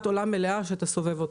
עולם מלאה שאתה סובב אותה.